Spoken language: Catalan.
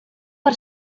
per